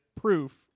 proof